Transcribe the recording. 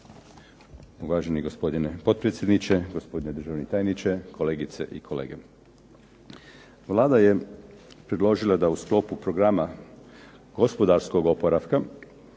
Uvaženi gospodine potpredsjedniče, gospodine državni tajniče, kolegice i kolege. Vlada je predložila da u sklopu programa gospodarskog oporavka